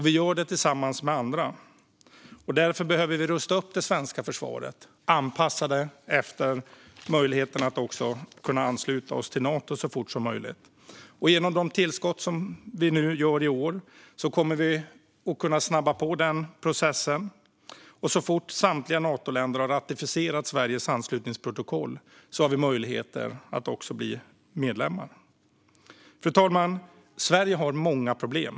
Vi gör det tillsammans med andra, och därför behöver vi rusta upp det svenska försvaret och anpassa det efter möjligheten att ansluta oss till Nato så fort som möjligt. Genom de tillskott vi gör nu i år kommer vi att kunna snabba på processen, och så fort samtliga Natoländer har ratificerat Sveriges anslutningsprotokoll har vi möjlighet att bli medlem. Fru talman! Sverige har många problem.